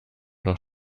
noch